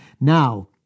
Now